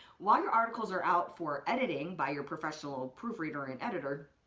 while your articles are out for editing by your professional proofreader and editor,